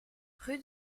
rue